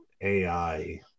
AI